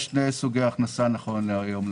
יש שני סוגי הכנסה נכון להיום: